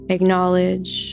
Acknowledge